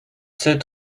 sept